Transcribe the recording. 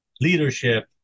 leadership